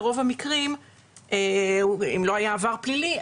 ברוב המקרים אם לא היה עבר פלילי,